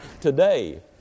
today